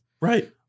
Right